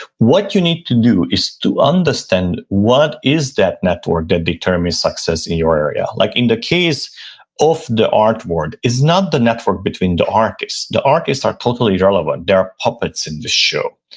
what you need to do, is to understand what is that network that determines success in your area. like in the case of the artwork, it's not the network between the art, it's the artists are totally irrelevant, they're puppets in the show.